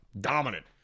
dominant